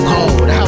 Cold